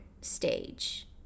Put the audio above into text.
stage